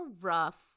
rough